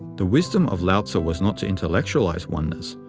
the wisdom of lao-tzu was not to intellectualize oneness,